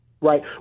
Right